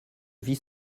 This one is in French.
vis